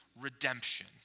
redemption